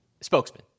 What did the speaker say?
spokesman